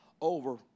over